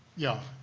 yeah,